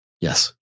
Yes